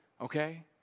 okay